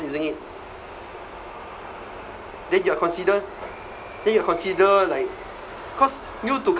using it then you are consider then you are consider like cause new to